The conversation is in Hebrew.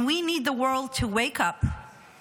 and we need the world to wake up and